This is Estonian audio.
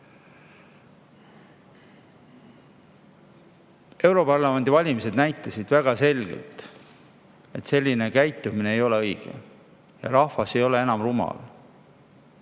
Europarlamendi valimised näitasid väga selgelt, et selline käitumine ei ole õige. Rahvas ei ole rumal.